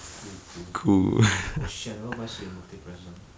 cool cool oh shit I never buy si yuan birthday present